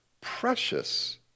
precious